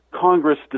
Congress